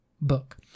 book